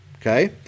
okay